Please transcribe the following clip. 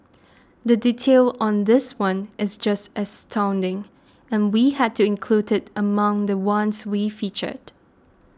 the detail on this one is just astounding and we had to include it among the ones we featured